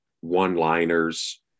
One-liners